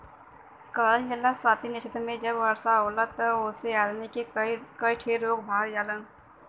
कहल जाला स्वाति नक्षत्र मे जब वर्षा होला तब ओसे आदमी के कई ठे रोग भाग जालन